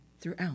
throughout